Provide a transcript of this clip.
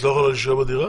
את לא יכולה להישאר בדירה?